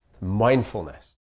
Mindfulness